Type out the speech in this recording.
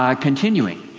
ah continuing,